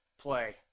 play